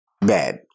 bad